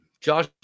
josh